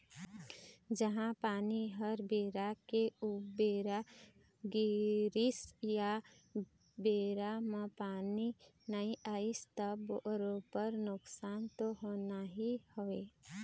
जिहाँ पानी ह बेरा के उबेरा गिरिस या बेरा म पानी नइ आइस त बरोबर नुकसान तो होना ही हवय